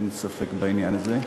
אין ספק בעניין הזה.